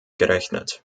gerechnet